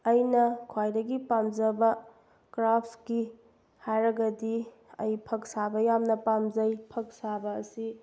ꯑꯩꯅ ꯈ꯭ꯋꯥꯏꯗꯒꯤ ꯄꯥꯝꯖꯕ ꯀ꯭ꯔꯥꯐꯁꯀꯤ ꯍꯥꯏꯔꯒꯗꯤ ꯑꯩ ꯐꯛ ꯁꯥꯕ ꯌꯥꯝꯅ ꯄꯥꯝꯖꯩ ꯐꯛ ꯁꯥꯕ ꯑꯁꯤ